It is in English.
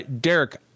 Derek